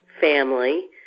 family